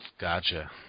Gotcha